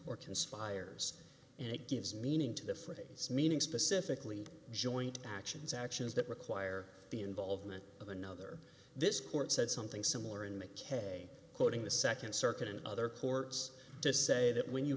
conspires and it gives meaning to the phrase meaning specifically joint actions actions that require the involvement of another this court said something similar in mackay quoting the second circuit in other courts to say that when you